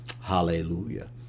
Hallelujah